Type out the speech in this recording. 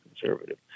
conservative